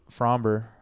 Fromber